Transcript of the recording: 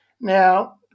Now